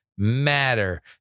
matter